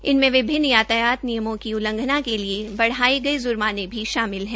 इनमें विभिन्न यातायात नियमों का उल्लधंना के लिए बढ़ाये गये ज़र्माने भी शामिल है